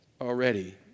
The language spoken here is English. already